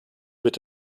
wird